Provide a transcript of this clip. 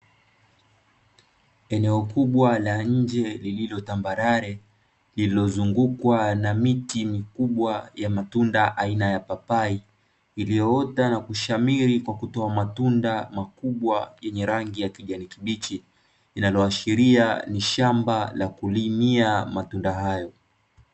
Eneo kubwa la nje lililotambarare, lililozungukwa na miti mikubwa ya matunda aina ya papai, iliyoota na kushamiri kwa kutoa matunda makubwa yenye rangi ya kijani kibichi. Linaloashiria ni shamba la kulimia matunda hayo.